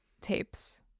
tapes